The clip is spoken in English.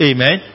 Amen